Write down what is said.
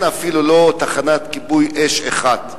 אין אפילו תחנת כיבוי אש אחת.